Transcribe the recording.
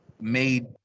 made